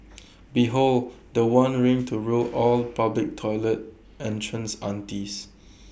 behold The One ring to rule all public toilet entrance aunties